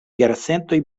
jarcentoj